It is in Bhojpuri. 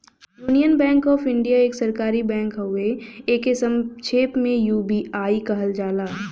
यूनियन बैंक ऑफ़ इंडिया एक सरकारी बैंक हउवे एके संक्षेप में यू.बी.आई कहल जाला